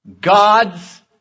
God's